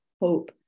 hope